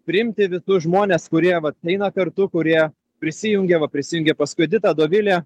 priimti visus žmones kurie vat eina kartu kurie prisijungia va prisijungiė paskui edita dovilė